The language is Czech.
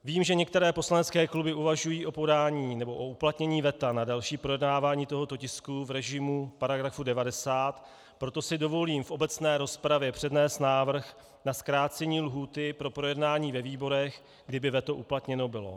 Vím, že některé poslanecké kluby uvažují o podání nebo o uplatnění veta na další projednávání tohoto tisku v režimu § 90, proto si dovolím v obecné rozpravě přednést návrh na zkrácení lhůty pro projednání ve výborech, kdyby veto uplatněno bylo.